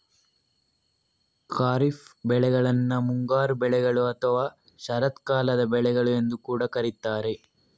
ಖಾರಿಫ್ ಬೆಳೆಗಳನ್ನ ಮುಂಗಾರು ಬೆಳೆಗಳು ಅಥವಾ ಶರತ್ಕಾಲದ ಬೆಳೆಗಳು ಎಂದು ಕೂಡಾ ಕರೀತಾರೆ